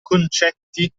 concetti